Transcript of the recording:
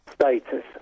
status